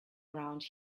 around